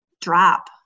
drop